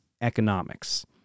economics